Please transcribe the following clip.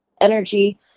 energy